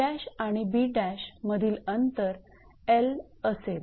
𝐴′ आणि 𝐵′ मधील अंतर 𝐿 असेल